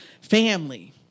Family